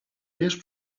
wiesz